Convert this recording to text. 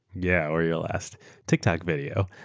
yeah, or your last tiktok video.